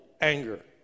anger